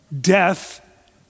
death